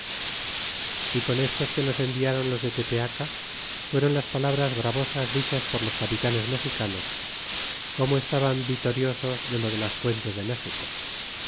y con estos que nos enviáron los de tepeaca fuéron las palabras bravosas dichas por los capitanes mexicanos como estaban vitoriosos de lo de las puentes de méxico